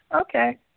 Okay